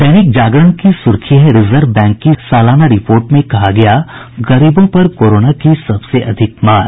दैनिक जागरण की सुर्खी है रिजर्व बैंक की सालाना रिपोर्ट में कहा गया गरीबों पर कोरोना की सबसे अधिक मार